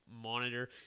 monitor